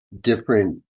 different